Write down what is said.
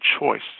choice